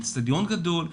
באצטדיון גדול,